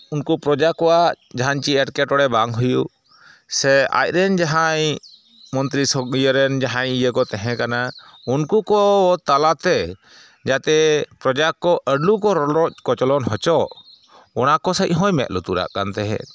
ᱩᱱᱠᱩ ᱯᱨᱚᱡᱟ ᱠᱚᱣᱟᱜ ᱡᱟᱦᱟᱱ ᱪᱮᱫ ᱮᱴᱠᱮ ᱴᱚᱬᱮ ᱵᱟᱝ ᱦᱩᱭᱩᱜ ᱥᱮ ᱟᱡᱨᱮᱱ ᱡᱟᱦᱟᱭ ᱢᱚᱱᱛᱨᱤ ᱥᱚᱠ ᱤᱭᱟᱹᱨᱮᱱ ᱡᱟᱦᱟᱸᱭ ᱤᱭᱟᱹ ᱠᱚ ᱛᱟᱦᱮᱸ ᱠᱟᱱᱟ ᱩᱱᱠᱩ ᱠᱚ ᱛᱟᱞᱟᱛᱮ ᱡᱟᱛᱮ ᱯᱨᱚᱡᱟ ᱠᱚ ᱟᱞᱚ ᱠᱚ ᱨᱚᱰᱚᱡ ᱠᱚᱪᱞᱚᱱ ᱦᱚᱪᱚᱜ ᱚᱱᱟ ᱠᱚ ᱥᱮᱫ ᱦᱚᱸᱭ ᱢᱮᱸᱫ ᱞᱩᱛᱩᱨᱟᱜ ᱠᱟᱱ ᱛᱟᱦᱮᱜ